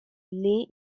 lay